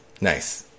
Nice